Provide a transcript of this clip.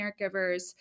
caregivers